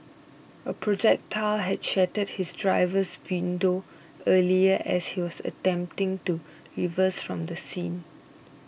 a projectile had shattered his driver's window earlier as he was attempting to reverse from the scene